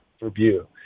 review